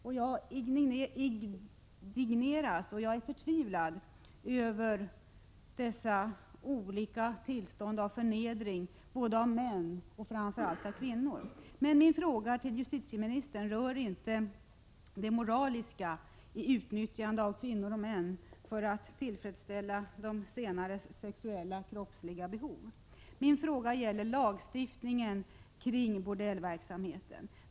Jag är indignerad och jag är förtvivlad över dessa olika tillstånd av förnedring av män och framför allt av kvinnor. Men min fråga till justitieministern rör inte det moraliska i utnyttjandet av kvinnor och män för att tillfredsställa de senares sexuella kroppsliga behov. Min fråga gäller lagstiftningen kring bordellverksamheten.